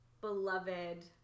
beloved